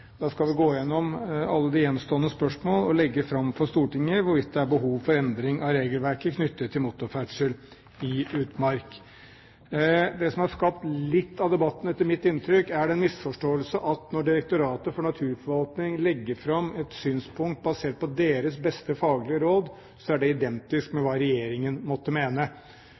skal gå igjennom alle de gjenstående spørsmålene og legge fram for Stortinget hvorvidt det er behov for endring i regelverket knyttet til motorferdsel i utmark. Det som etter mitt inntrykk har skapt litt av debatten, er den misforståelsen at når Direktoratet for naturforvaltning legger fram et synspunkt basert på deres beste faglige råd, er det identisk med hva regjeringen måtte mene.